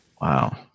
Wow